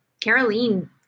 Caroline